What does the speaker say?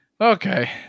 okay